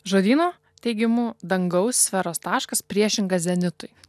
žodyno teigimu dangaus sferos taškas priešingas zenitui